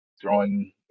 throwing